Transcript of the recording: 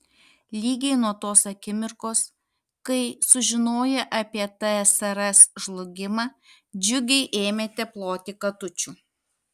lygiai nuo tos akimirkos kai sužinoję apie tsrs žlugimą džiugiai ėmėte ploti katučių